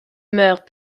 meurt